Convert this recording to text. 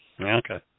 Okay